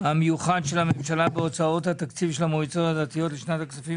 המיוחד של הממשלה בהוצאות התקציב של המועצות הדתיות לשנת הכספים